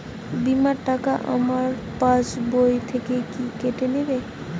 বিমার টাকা আমার পাশ বই থেকে কি কেটে নেবে?